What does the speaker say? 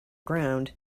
ground